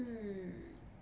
mm